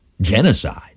Genocide